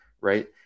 right